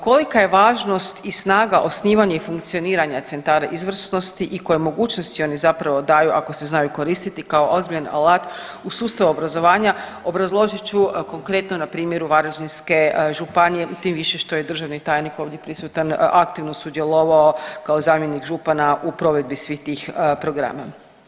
Kolika je važnost i snaga osnivanje i funkcioniranja centara izvrsnosti i koje mogućnosti oni zapravo daju ako se znaju koristiti kao ozbiljan alat u sustavu obrazovanja, obrazložit ću konkretno na primjeru Varaždinske županije, tim više što je državni tajnik ovdje prisutan, aktivno sudjelovao kao zamjenik župana u provedbi svih tih programa.